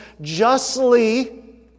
justly